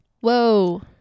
whoa